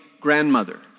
grandmother